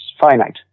finite